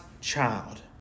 child